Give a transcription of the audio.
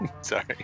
Sorry